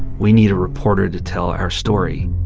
we need a reporter to tell our story